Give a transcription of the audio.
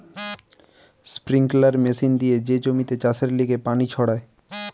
sprinkler machine দিয়ে যে জমিতে চাষের লিগে পানি ছড়ায়